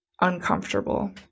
uncomfortable